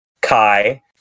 Kai